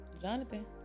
Jonathan